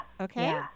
Okay